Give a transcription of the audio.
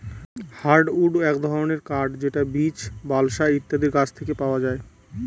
hardwood এক ধরনের কাঠ যেটা বীচ, বালসা ইত্যাদি গাছ থেকে পাওয়া যায়